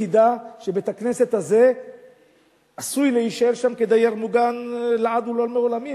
תדע שבית-הכנסת הזה עשוי להישאר שם כדייר מוגן לעד ולעולמי עולמים.